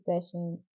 session